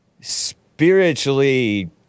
spiritually